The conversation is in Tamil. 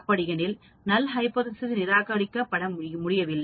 அப்படியெனில் நல் ஹைபோதேசிஸ் சை நிராகரிக்க முடியாது